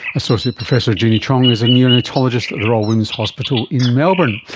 associate professor jeanie cheong is a neonatologist at the royal women's hospital in melbourne.